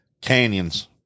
canyons